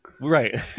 Right